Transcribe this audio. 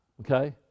Okay